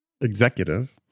executive